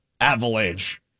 avalanche